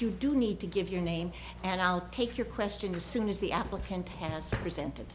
you do need to give your name and i'll take your question as soon as the applicant has presented